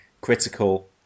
critical